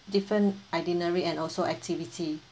different itinerary and also activity